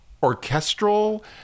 orchestral